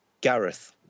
Gareth